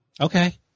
Okay